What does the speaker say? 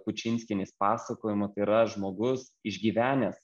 kučinskienės pasakojimu tai yra žmogus išgyvenęs